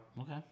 Okay